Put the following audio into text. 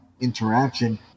interaction